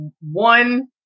one